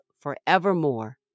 forevermore